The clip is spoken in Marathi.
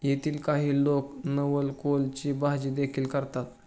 येथील काही लोक नवलकोलची भाजीदेखील करतात